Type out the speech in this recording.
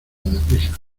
deprisa